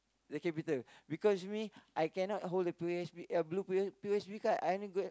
the capital because me I cannot hold the P_O_S_B uh blue P O P_O_S_B card I only get